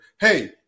hey